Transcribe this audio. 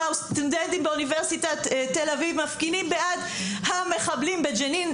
סטודנטים באוניברסיטת תל אביב מפגינים בעד המחבלים בג'נין,